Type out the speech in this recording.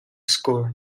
score